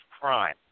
crime